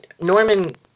Norman